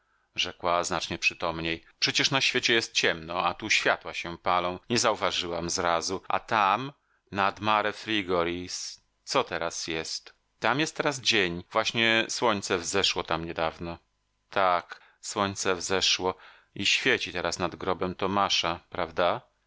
rzekła znacznie przytomniej przecież na świecie jest ciemno a tu światła się palą nie zauważyłam zrazu a tam nad mare frigoris co teraz jest tam jest teraz dzień właśnie słońce wzeszło tam niedawno tak słońce wzeszło i świeci teraz nad grobem tomasza prawda